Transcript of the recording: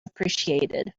appreciated